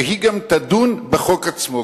שהיא גם תדון בחוק עצמו,